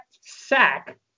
sack